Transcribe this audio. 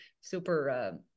super